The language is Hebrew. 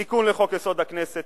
זה תיקון לחוק-יסוד: הכנסת,